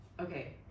Okay